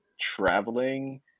traveling